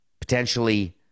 potentially